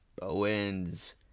Bowens